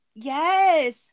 yes